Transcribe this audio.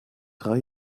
drei